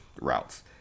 routes